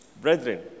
Brethren